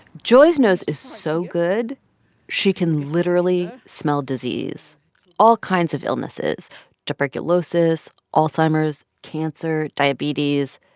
joy's nose is so good she can literally smell disease all kinds of illnesses tuberculosis, alzheimer's, cancer, diabetes.